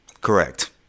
Correct